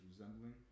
resembling